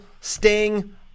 Sting